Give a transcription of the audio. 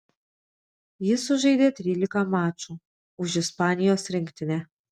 jis sužaidė trylika mačų už ispanijos rinktinę